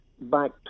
back